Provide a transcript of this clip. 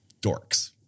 dorks